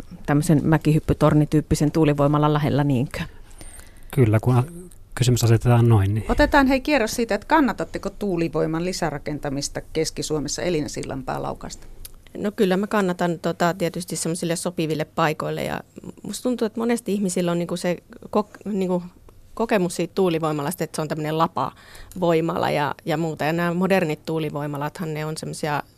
tämmöisen mäkihyppytornityyppisen tuulivoimalan lähellä, niinkö? Kyllä, kun a- kysymys asetetaan noin, niin- Otetaan hei kierros siitä, että kannatatteko tuulivoiman lisärakentamista Keski-Suomessa, Elina Sillanpää Laukaasta? No kyllä mä kannatan, tota, tietysti semmosille sopiville paikoille ja m- musta tuntuu, että monesti ihmisillä on niinku se kok- niinku kokemus siitä tuulivoimalasta, että se on tämmönen lapavoimala ja- ja muuta. Ja nämä modernit tuulivoimalathan, ne on semmosia